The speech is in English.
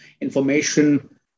information